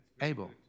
Abel